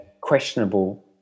questionable